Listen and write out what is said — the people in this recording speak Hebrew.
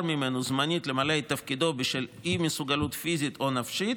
ממנו זמנית למלא את תפקידו בשל אי-מסוגלות פיזית ונפשית,